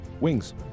Wings